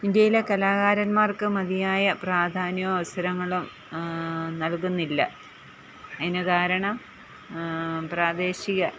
ഇന്ത്യയിലെ കലാകാരന്മാർക്ക് മതിയായ പ്രാധാന്യവും അവസരങ്ങളും നൽകുന്നില്ല അതിന് കാരണം പ്രാദേശിക